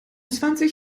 zwanzig